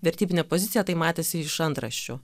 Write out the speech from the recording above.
vertybinė pozicija tai matėsi iš antraščių